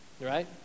Right